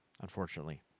unfortunately